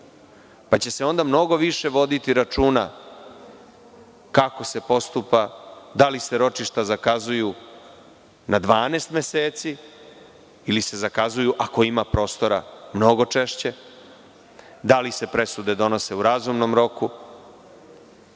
će se mnogo više voditi računa kako se postupa, da li se ročišta zakazuju na 12 meseci ili se zakazuju, ako ima prostora, mnogo češće, da li se presude donose u razumnom roku,